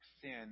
sin